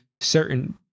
certain